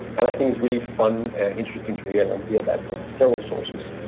and i think it's really fun and interesting to hear, and hear that from several sources,